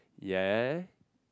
ya